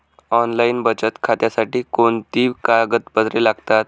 Online बचत खात्यासाठी कोणती कागदपत्रे लागतात?